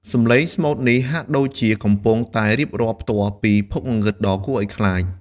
សំឡេងស្មូតនេះហាក់ដូចជាកំពុងតែរៀបរាប់ផ្ទាល់ពីភពងងឹតដ៏គួរឲ្យខ្លាច។